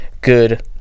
good